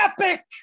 epic